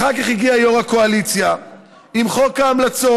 אחר כך הגיע יו"ר הקואליציה עם חוק ההמלצות,